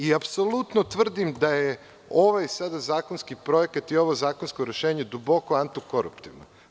Apsolutno tvrdim da je ovaj sada zakonski projekat i ovo zakonsko rešenje duboko antikoruptivno.